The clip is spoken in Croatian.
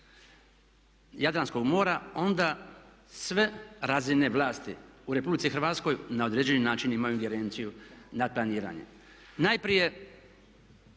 Jadranskog mora onda sve razine vlasti u RH na određeni način imaju ingerenciju nad planiranjem. Najprije